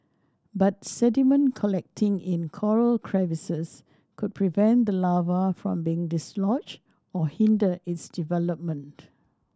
but sediment collecting in coral crevices could prevent the larva from being dislodged or hinder its development